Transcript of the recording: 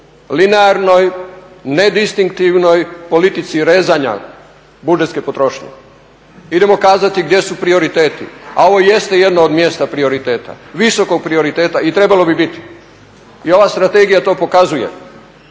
linearnoj nedistinktivnoj politici rezanja budžetske potrošnje. Idemo kazati gdje su prioriteti. A ovo jeste jedno od mjesta prioriteta, visokog prioriteta i trebalo bi biti. I ova strategija to pokazuje.